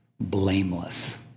blameless